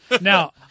Now